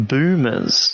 Boomers